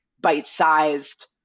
bite-sized